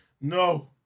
No